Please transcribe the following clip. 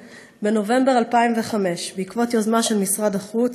בנובמבר 2005 בעקבות יוזמה של משרד החוץ,